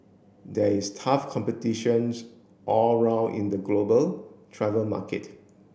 there is tough competitions all round in the global travel market